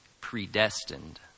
predestined